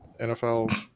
NFL